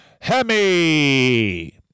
Hemi